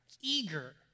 Eager